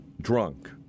drunk